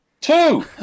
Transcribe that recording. Two